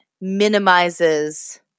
minimizes